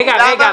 רגע.